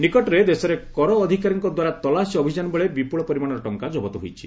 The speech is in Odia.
ନିକଟରେ ଦେଶରେ କର ଅଧିକାରୀଙ୍କ ଦ୍ୱାରା ତଲାସୀ ଅଭିଯାନବେଳେ ବିପୁଳ ପରିମାଣର ଟଙ୍କା ଜବତ ହୋଇଛି